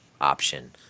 option